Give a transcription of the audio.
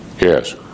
Yes